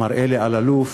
מר אלי אלאלוף,